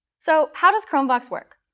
so how does chromevox work?